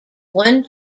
one